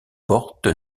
porte